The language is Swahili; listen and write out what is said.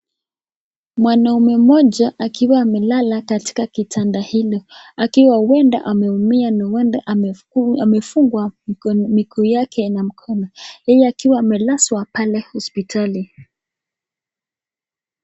Mwanaume mmoja akiwa amelala katika kitanda hilo akiwa ueda ameumia na ueda amefungwa kwa miguu yake na mkono, yeye akiwa amelazwa pale hospitali.